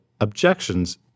Objections